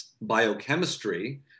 biochemistry